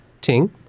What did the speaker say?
Ting